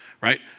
Right